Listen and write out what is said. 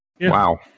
Wow